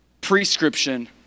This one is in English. prescription